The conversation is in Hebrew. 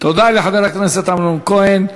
תודה לחבר הכנסת אמנון כהן.